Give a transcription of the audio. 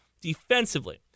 defensively